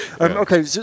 okay